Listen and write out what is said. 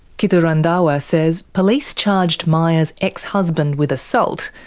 kittu randhawa says police charged maya's ex-husband with assault,